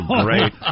great